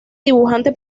dibujante